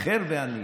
האחר ואני.